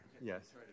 Yes